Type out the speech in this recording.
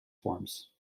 forms